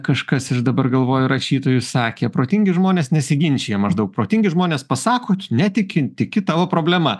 kažkas iš dabar galvoju rašytojų sakė protingi žmonės nesiginčija maždaug protingi žmonės pasako netiki tiki tavo problema